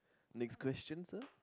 next question sir